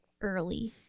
early